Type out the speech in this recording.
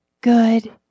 good